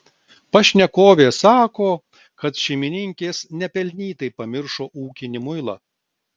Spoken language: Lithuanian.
pašnekovė sako kad šeimininkės nepelnytai pamiršo ūkinį muilą